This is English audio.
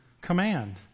command